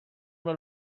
una